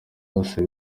byose